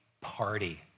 party